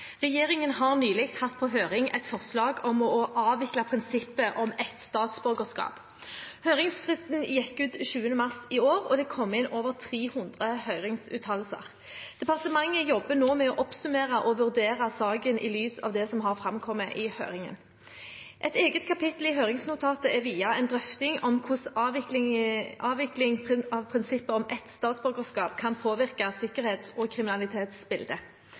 Regjeringen har nylig hatt på høring et forslag om å avvikle prinsippet om ett statsborgerskap. Høringsfristen gikk ut 20. mars i år, og det kom inn over 300 høringsuttalelser. Departementet jobber nå med å oppsummere og vurdere saken i lys av det som har framkommet i høringen. Et eget kapittel i høringsnotatet er viet en drøfting om hvordan avvikling av prinsippet om ett statsborgerskap kan påvirke sikkerhets- og kriminalitetsbildet.